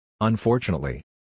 Unfortunately